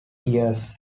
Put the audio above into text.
years